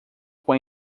com